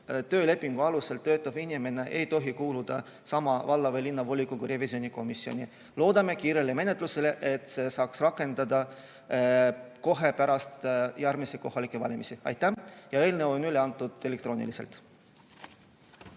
töölepingu alusel töötav inimene ei tohi kuuluda sama valla või linna volikogu revisjonikomisjoni. Loodame kiirele menetlusele, et see saaks rakenduda kohe pärast järgmisi kohalikke valimisi. Aitäh! Eelnõu on üle antud elektrooniliselt.